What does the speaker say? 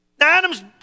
Adam's